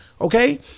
okay